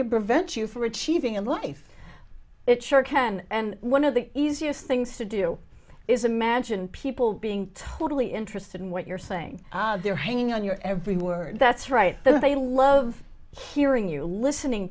could prevent you from achieving in life it sure can and one of the easiest things to do is imagine people being totally interested in what you're saying they're hanging on your every word that's right then they love hearing you listening